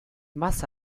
masse